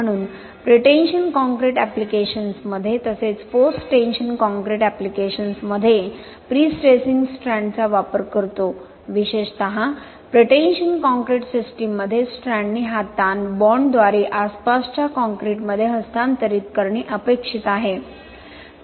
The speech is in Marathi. म्हणून प्रीटेन्शन कॉंक्रिट ऍप्लिकेशन्समध्ये तसेच पोस्ट टेन्शन कॉंक्रिट ऍप्लिकेशन्समध्ये प्रीस्ट्रेसिंग स्ट्रँड्सचा वापर करतो विशेषत प्रीटेन्शन कॉंक्रिट सिस्टममध्ये स्ट्रँडने हा ताण बॉन्डद्वारे आसपासच्या काँक्रीटमध्ये हस्तांतरित करणे अपेक्षित आहे